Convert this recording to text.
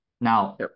Now